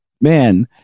man